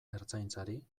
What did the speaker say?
ertzaintzari